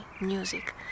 music